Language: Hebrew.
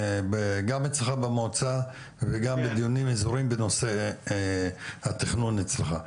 גם אצלך במועצה וגם בדיונים אזוריים בנושא התכנון אצלך.